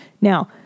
Now